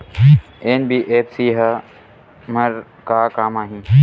NBFC हमर का काम आही?